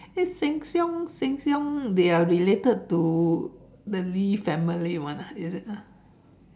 is Shieng-Siong Shieng-Siong they are related to the Lee family [one] ah is it ah